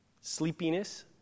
Sleepiness